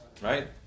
right